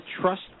trust